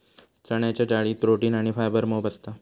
चण्याच्या डाळीत प्रोटीन आणी फायबर मोप असता